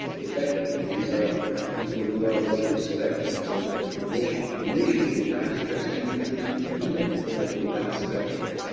effectively, these are people who are making selections and wish wish to have prestige attributed to them for making that selection.